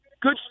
good